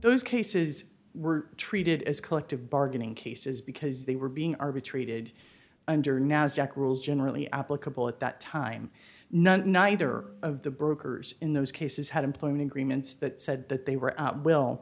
those cases were treated as collective bargaining cases because they were being arbitrated under nasdaq rules generally applicable at that time none neither of the brokers in those cases had employment agreements that said that they were will